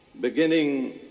Beginning